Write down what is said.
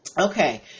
Okay